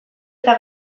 eta